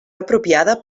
apropiada